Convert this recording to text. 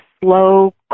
slow